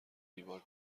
دیوار